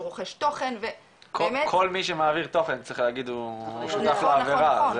רוכש תוכן ובאמת --- כל מי שמעביר תוכן צריך להגיד הוא שותף לעבירה,